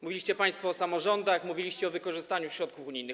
Mówiliście państwo o samorządach, mówiliście o wykorzystaniu środków unijnych.